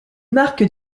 marques